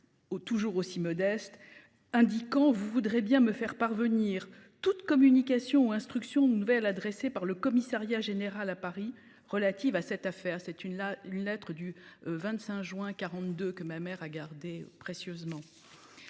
toujours aussi modeste indiquant vous voudrez bien me faire parvenir toute communication ou instruction une nouvelle adressé par le Commissariat général à Paris relatives à cette affaire, c'est une la lettre du 25 juin 42 que ma mère a gardé précieusement.